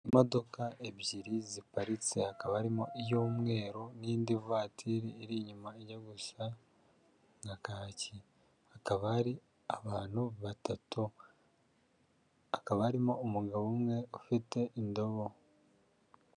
Imodoka ebyiri ziparitse hakaba harimo iy'umweru nindi vatiri iri inyuma ijya gusa nka kacyi, hakaba hari abantu batatu, hakaba harimo umugabo umwe ufite indobo.